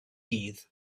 dydd